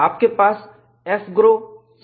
आपके पास AFGROW संस्करण 40 है